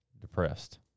depressed